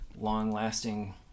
long-lasting